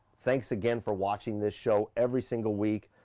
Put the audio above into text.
thanks again for watching this show, every single week.